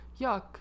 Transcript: Yuck